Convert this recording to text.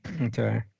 Okay